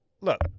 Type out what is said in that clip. look